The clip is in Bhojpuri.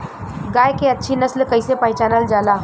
गाय के अच्छी नस्ल कइसे पहचानल जाला?